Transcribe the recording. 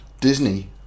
Disney